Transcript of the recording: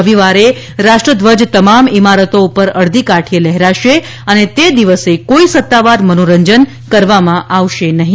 રવિવારે રાષ્ટ્રધ્વજ તમામ ઇમારતો પર અડધી કાઠીએ લહેરાશે અને તે દિવસે કોઈ સત્તાવાર મનોરંજન કરવામાં આવશે નહીં